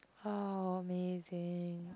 how amazing